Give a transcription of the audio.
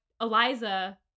Eliza